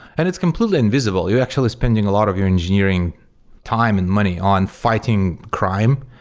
and it's completely invisible. you're actually spending a lot of your engineering time and money on fighting crime,